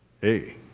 hey